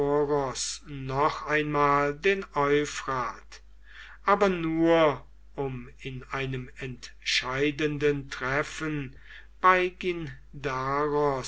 noch einmal den euphrat aber nur um in einem entscheidenden treffen bei